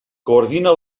coordina